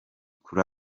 kuri